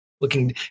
looking